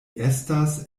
estas